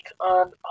on